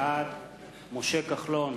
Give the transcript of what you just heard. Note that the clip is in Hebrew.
בעד משה כחלון,